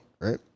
right